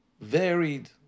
varied